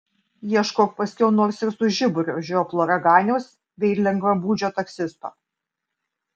ieškok paskiau nors ir su žiburiu žioplo raganiaus bei lengvabūdžio taksisto